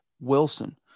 Wilson